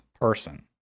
person